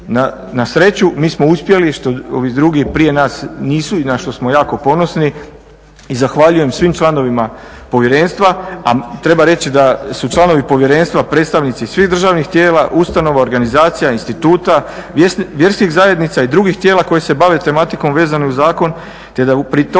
Na sreću mi smo uspjeli što ovi drugi prije nas nisu i na što smo jako ponosni i zahvaljujem svim članovima povjerenstva, a treba reći da su članovi povjerenstva predstavnici svih državnih tijela, ustanova, organizacija, instituta, vjerskih zajednica i drugih tijela koje se bave tematikom vezano je uz zakon te da pri tome